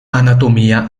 anatomia